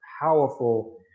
powerful